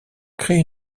créent